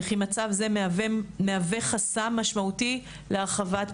וכי מצב זה מהווה חסם משמעותי להרחבת פעילותן.